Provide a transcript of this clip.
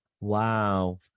Wow